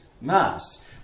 Mass